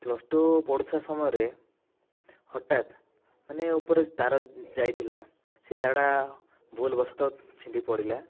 plus two ପଢ଼ୁଥିବା ସମୟରେ ହଠାତ ମାନେ ଉପରେ ତାର ଯାଇଥିଲା ସେ ତାରଟା ଭୁଲ ବଶତଃ ଛିଣ୍ଡି ପଡ଼ିଲା